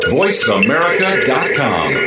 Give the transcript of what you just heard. voiceamerica.com